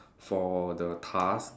for the task